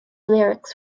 lyrics